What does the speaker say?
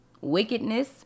wickedness